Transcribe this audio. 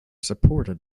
supported